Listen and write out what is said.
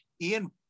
Ian